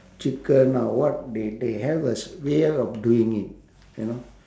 chicken or what they they have a s~ way of doing it you know